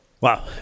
Wow